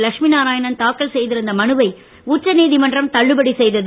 லட்சுமி நாராயண்ண் தாக்கல் செய்திருந்த மனுவை உச்சநீதிமன்றம் தள்ளுபடி செய்தது